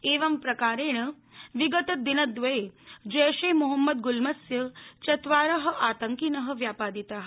एवं प्राकरण विगत दिनद्वय जैश ए मोहम्मद ग्ल्मस्य चत्वार आतंकिन व्यापादिता